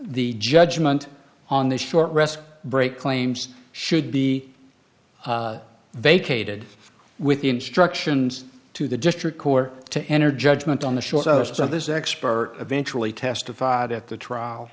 the judgment on this short rest break claims should be vacated with the instructions to the district court to enter judgment on the short notice of this expert eventually testified at the trial